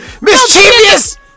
Mischievous